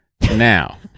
Now